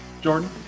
Jordan